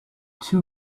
two